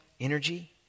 energy